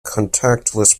contactless